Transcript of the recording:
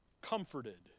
comforted